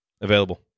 available